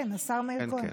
כן, השר מאיר כהן.